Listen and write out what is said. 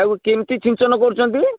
ତାକୁ କେମିତି ସିଞ୍ଚନ କରୁଛନ୍ତି